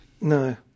No